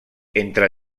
entre